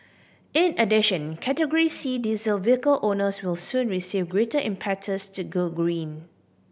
in addition Category C diesel vehicle owners will soon receive greater impetus to go green